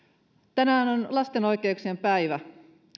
tänään on lasten oikeuksien päivä